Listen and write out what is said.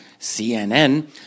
CNN